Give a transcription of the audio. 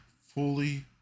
fully